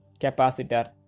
capacitor